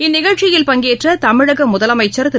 இந்நிகழ்ச்சியில் பங்கேற்ற தமிழக முதலமைச்ச் திரு